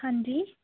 ਹਾਂਜੀ